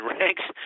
ranks –